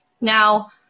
Now